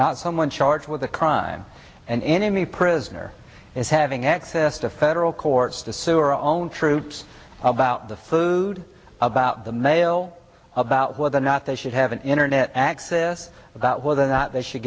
not someone charged with a crime an enemy prisoner is having access to federal courts to sue or own troops about the food about the mail about whether or not they should have an internet access about whether or not they should